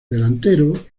delantero